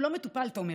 הוא לא מטופל, תומר.